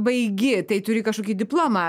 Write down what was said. baigi tai turi kažkokį diplomą